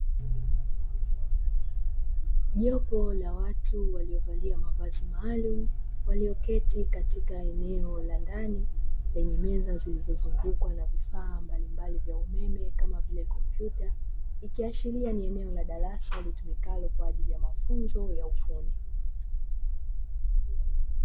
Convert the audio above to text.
Jopo la watu walio valia mavazi maalum walioketi katika eneo la ndani kwenye meza zilizo zungukwa na vifaa mbalimbali vya umeme kama vile kompyuta, ikiashiria ni eneo la darasa litumikalo kwaajili ya mafunzo ya ufundi.